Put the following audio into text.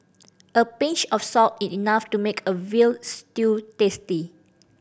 a pinch of salt is enough to make a veal stew tasty